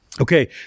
Okay